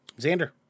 Xander